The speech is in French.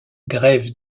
grève